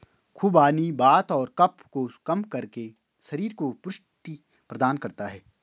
खुबानी वात और कफ को कम करके शरीर को पुष्टि प्रदान करता है